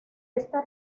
esta